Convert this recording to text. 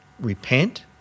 Repent